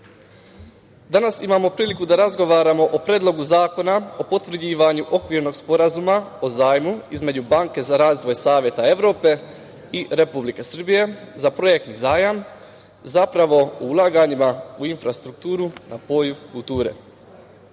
imamo priliku da razgovaramo o Predlogu zakona o potvrđivanju Okvirnog sporazuma o zajmu između Banke za razvoj Saveta Evrope i Republike Srbije za projektni zajam, zapravo o ulaganjima u infrastrukturu na polju kulture. Sada